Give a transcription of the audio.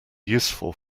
useful